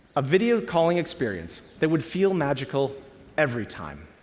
a video calling experience that would feel magical every time.